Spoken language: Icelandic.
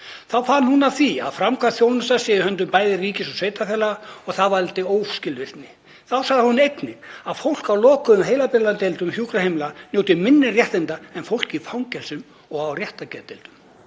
Þá fann hún að því að framkvæmd þjónustunnar væri í höndum bæði ríkis og sveitarfélaga og það valdi óskilvirkni. Þá sagði hún einnig að fólk á lokuðum heilabilunardeildum hjúkrunarheimila nyti minni réttinda en fólk í fangelsum og á réttargeðdeildum.